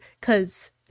cause